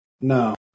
No